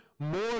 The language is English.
more